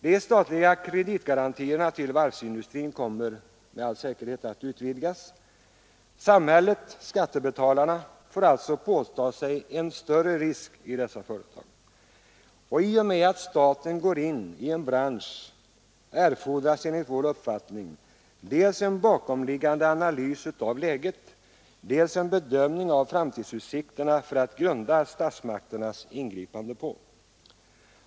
De statliga kreditgarantierna till varvsindustrin kommer med all säkerhet att utvidgas. Samhället — skattebetalarna — får påta sig en större risk i dessa företag. I och med att staten går in i en bransch erfordras enligt vår uppfattning dels en bakomliggande analys av läget, dels en bedömning av framtidsutsikterna att grunda statsmakternas ingripande på.